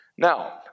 Now